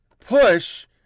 push